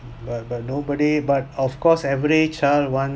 but but nobody but of course every child want